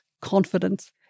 confidence